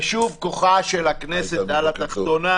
ושוב, כוחה של הכנסת על התחתונה.